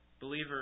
Believer